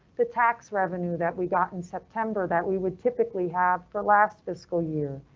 the tax revenue that we got in september, that we would typically have for last fiscal year,